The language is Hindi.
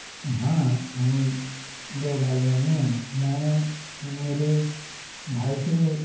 हाँ हम दो भाई बहन हैं मैं मेरे भाई से